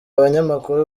banyamakuru